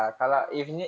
ya